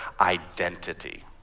identity